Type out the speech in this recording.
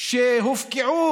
שהופקעה